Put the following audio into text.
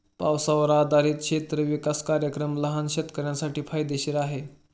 पावसावर आधारित क्षेत्र विकास कार्यक्रम लहान शेतकऱ्यांसाठी फायदेशीर आहे